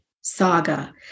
Saga